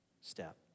step